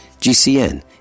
GCN